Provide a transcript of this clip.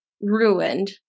ruined